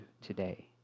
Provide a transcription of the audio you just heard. today